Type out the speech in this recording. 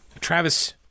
Travis